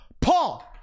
Paul